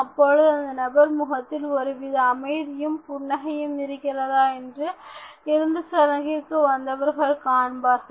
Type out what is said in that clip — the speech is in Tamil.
அப்பொழுது அந்த நபரின் முகத்தில் ஒருவித அமைதியும் புன்னகையும் இருக்கிறதா என்று இறுதி சடங்கிற்கு வந்தவர்கள் காண்பார்கள்